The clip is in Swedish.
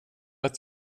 att